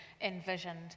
envisioned